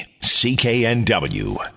CKNW